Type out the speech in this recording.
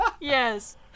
Yes